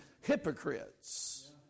hypocrites